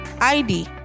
id